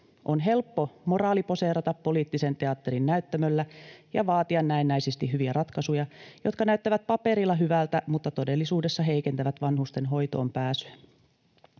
On helppo moraaliposeerata poliittisen teatterin näyttämöllä ja vaatia näennäisesti hyviä ratkaisuja, jotka näyttävät paperilla hyviltä mutta todellisuudessa heikentävät vanhusten hoitoonpääsyä.